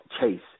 Chase